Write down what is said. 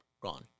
gone